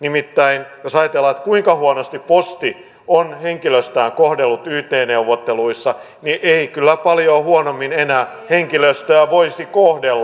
nimittäin jos ajatellaan kuinka huonosti posti on henkilöstöään kohdellut yt neuvotteluissa niin ei kyllä paljon huonommin enää henkilöstöä voisi kohdella